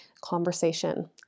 conversation